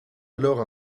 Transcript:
alors